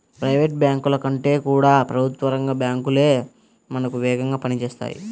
private బ్యాంకుల కంటే కూడా ప్రభుత్వ రంగ బ్యాంకు లే మనకు వేగంగా పని చేస్తాయి